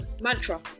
mantra